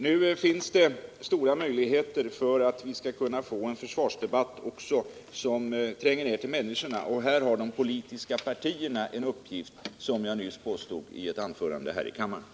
Nu finns det emellertid stora möjligheter att vi skall kunna få till stånd en försvarsdebatt som så att säga tränger ner till människorna. Här har de politiska partierna en uppgift, vilket jag framhöll för en stund sedan i ett annat anförande.